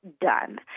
done